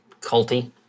culty